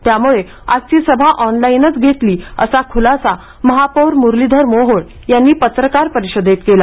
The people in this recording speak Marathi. त्यामुळे आजची सभा ऑनलाईनच घेतली असा खूलासा महापौर मुरलीधर मोहोळ यांनी पत्रकार परिषदेत केला